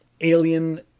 alien